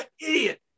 idiot